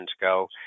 go